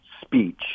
speech